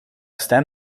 stem